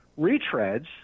retreads